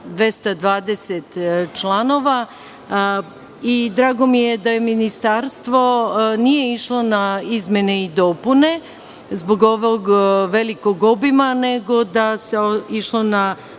220 članova. Drago mi je da Ministarstvo nije išlo na izmene i dopune zbog ovog velikog obima, nego da se išlo na